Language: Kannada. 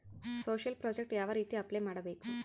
ಸೋಶಿಯಲ್ ಪ್ರಾಜೆಕ್ಟ್ ಯಾವ ರೇತಿ ಅಪ್ಲೈ ಮಾಡಬೇಕು?